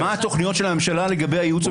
מה התוכניות של הממשלה לגבי הייעוץ המשפטי